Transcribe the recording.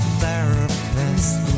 therapist